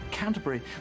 Canterbury